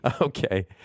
Okay